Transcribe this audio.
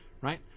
right